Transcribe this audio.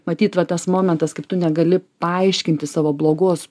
matyt va tas momentas kaip tu negali paaiškinti savo blogos